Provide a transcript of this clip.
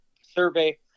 survey